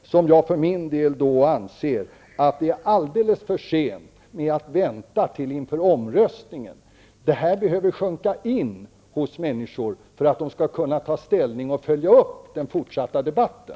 För min del anser jag att det är alldeles för sent att vänta med den till inför omröstningen. Denna information behöver få sjunka in, så att människor skall kunna ta ställning och följa upp den fortsatta debatten.